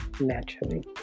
naturally